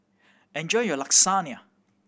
enjoy your Lasagne